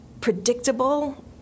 predictable